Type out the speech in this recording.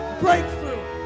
breakthrough